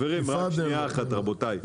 תפתח רק את החוק.